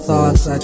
Thoughts